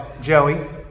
Joey